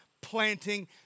planting